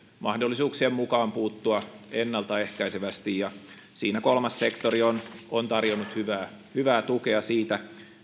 mahdollisuuksien mukaan puuttua ennalta ehkäisevästi ja siinä kolmas sektori on on tarjonnut hyvää hyvää tukea siitä